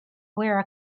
wear